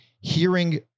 hearing